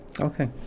Okay